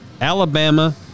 Alabama